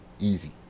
Easy